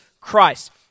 Christ